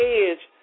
edge